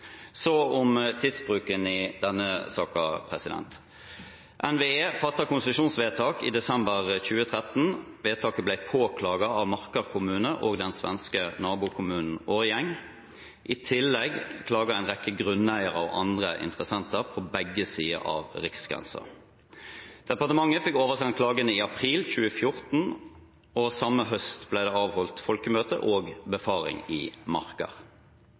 Så til tidsbruken i denne saken: NVE fattet konsesjonsvedtak i desember 2013. Vedtaket ble påklaget av Marker kommune og den svenske nabokommunen Årjäng. I tillegg klaget en rekke grunneiere og andre interessenter på begge sider av riksgrensen. Departementet fikk oversendt klagen i april 2014, og samme høst ble det avholdt folkemøte og befaring i Marker.